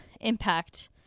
impact